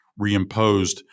reimposed